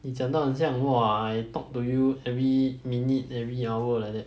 你讲到很像 !wah! I talk to you every minute every hour like that